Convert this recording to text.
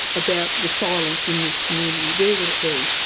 about the silence in this community, where would it be?